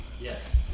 Yes